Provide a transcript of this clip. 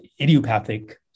idiopathic